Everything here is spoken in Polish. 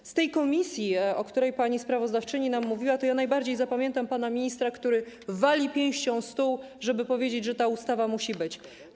Z posiedzenia komisji, o którym pani sprawozdawczyni nam mówiła, najbardziej zapamiętam pana ministra, który walił pięścią w stół, żeby powiedzieć, że ta ustawa musi być.